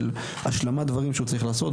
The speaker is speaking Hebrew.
של השלמת דברים שהוא צריך לעשות,